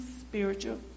spiritual